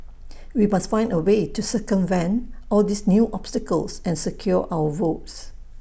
we must find A way to circumvent all these new obstacles and secure our votes